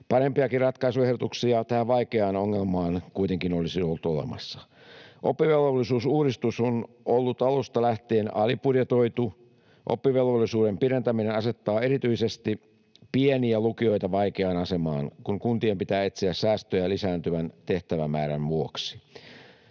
Parempiakin ratkaisuehdotuksia tähän vaikeaan ongelmaan kuitenkin olisi ollut olemassa. Oppivelvollisuusuudistus on ollut alusta lähtien alibudjetoitu. Oppivelvollisuuden pidentäminen asettaa erityisesti pieniä lukioita vaikeaan asemaan, kun kuntien pitää etsiä säästöjä lisääntyvän tehtävämäärän vuoksi.